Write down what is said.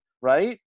Right